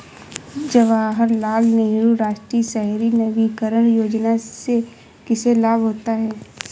जवाहर लाल नेहरू राष्ट्रीय शहरी नवीकरण योजना से किसे लाभ होता है?